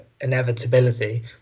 inevitability